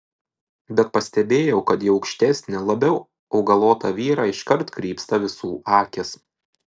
bet pastebėjau kad į aukštesnį labiau augalotą vyrą iškart krypsta visų akys